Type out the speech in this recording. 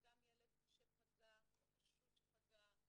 וגם ילד שפגע, או חשוד שפגע,